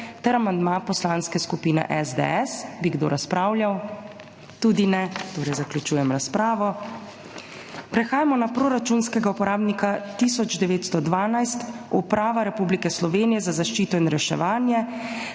ter amandma Poslanske skupine SDS. Bi kdo razpravljal? Tudi ne. Zaključujem razpravo. Prehajamo na proračunskega uporabnika 1912 Uprava Republike Slovenije za zaščito in reševanje